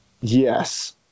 Yes